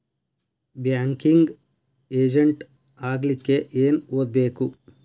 Banking agent ಆಗ್ಲಿಕ್ಕೆ ಏನ್ ಓದ್ಬೇಕು?